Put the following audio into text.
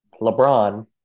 LeBron